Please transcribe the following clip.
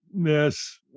Yes